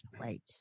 right